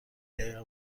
دقیقه